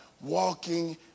walking